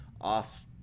off –